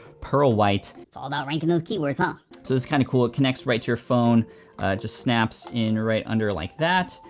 pearl white. it's all about ranking those keywords, huh? so it's kind of cool it connects right to your phone. it just snaps in right under like that,